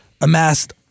amassed